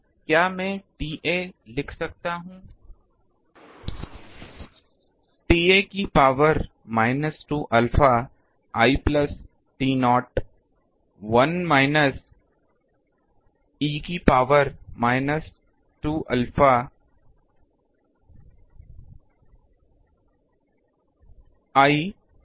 क्या मैं TA लिख सकता हूँ TA की power minus 2 alpha l plus T0 1 minus e से पॉवर माइनस 2 अल्फ़ा l क्यों